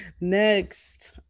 Next